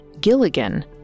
Gilligan